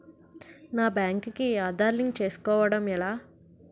నా బ్యాంక్ కి ఆధార్ లింక్ చేసుకోవడం ఎలా?